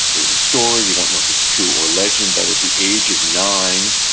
there's a story, we don't know if it's true or legend, that at the age of nine,